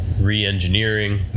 re-engineering